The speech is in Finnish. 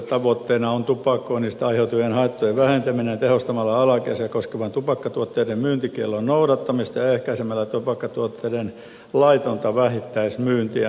tavoitteena on tupakoinnista aiheutuvien haittojen vähentäminen tehostamalla alaikäisiä koskevan tupakkatuotteiden myyntikiellon noudattamista ja ehkäisemällä tupakkatuotteiden laitonta vähittäismyyntiä